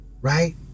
Right